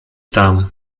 tam